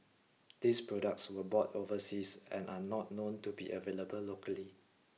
these products were bought overseas and are not known to be available locally